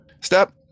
Step